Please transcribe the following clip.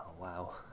wow